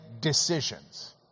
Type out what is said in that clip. decisions